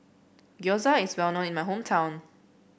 gyoza is well known in my hometown